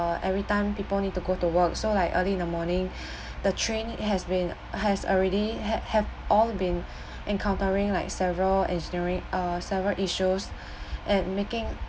err every time people need to go to work so like early in the morning the train has been has already had have all been encountering like several engineering uh several issues and making